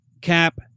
cap